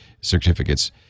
certificates